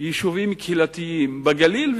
יישובים קהילתיים בגליל,